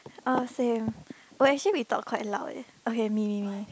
oh same but actually we talk quite loud eh okay me me me